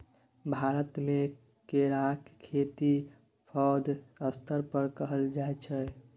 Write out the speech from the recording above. भारतमे केराक खेती पैघ स्तर पर कएल जाइत छै